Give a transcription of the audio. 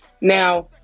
Now